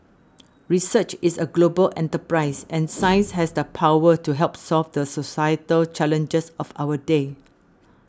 research is a global enterprise and science has the power to help solve the societal challenges of our day